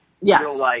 Yes